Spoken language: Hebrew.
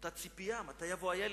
היתה ציפייה מתי יבוא הילד.